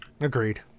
Agreed